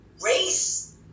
race